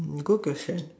good question